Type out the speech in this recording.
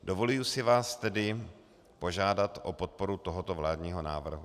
Dovoluji si vás tedy požádat o podporu tohoto vládního návrhu.